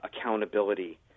accountability